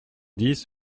dix